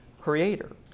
creator